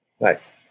Nice